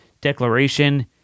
declaration